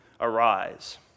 arise